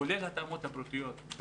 כולל ההתאמות הבריאותיות.